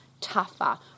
tougher